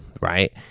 right